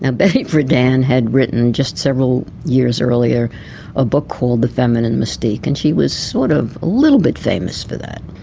ah betty friedan had written just several years earlier a book called the feminine mystique and she was a sort of little bit famous for that.